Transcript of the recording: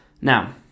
Now